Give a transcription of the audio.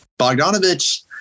Bogdanovich